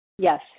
Yes